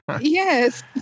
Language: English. Yes